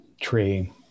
tree